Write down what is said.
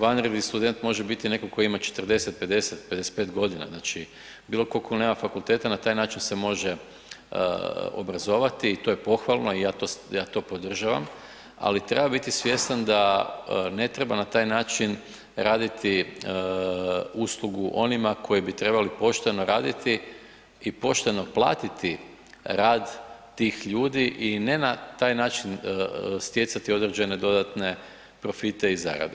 Vanredni student može biti netko tko ima 40, 50, 55 g. znači bilo tko tko nema fakulteta na taj način se može obrazovati i to je pohvalno i ja to podržavam, ali treba biti svjestan da ne treba na taj način raditi uslugu onima koji bi trebalo pošteno raditi i pošteno platiti rad tih ljudi i ne na taj način stjecati određene dodatne profite i zarade.